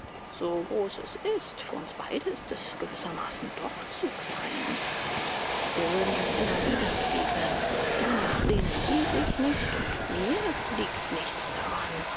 so groß es ist für uns beide ist es gewissermaßen doch zu klein wir würden uns immer wieder begegnen danach sehnen sie sich nicht und mir liegt nichts daran